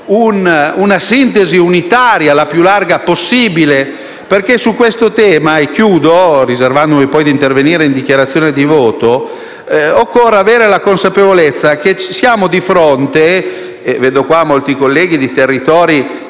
una sintesi unitaria e più ampia possibile perché su questo tema - concludo, riservandomi di intervenire in dichiarazione di voto - occorre avere la consapevolezza che siamo di fronte - molti colleghi oggi presenti